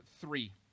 three